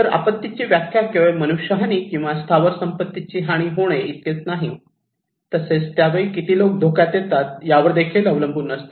तर आपत्तीची व्याख्या केवळ मनुष्यहानी किंवा स्थावर संपत्तीची हानी होणे इतकीच नाही तसेच त्यावेळी किती लोक धोक्यात येतात यावर देखील अवलंबून असते